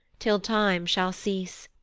till time shall cease,